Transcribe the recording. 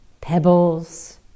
pebbles